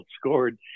scored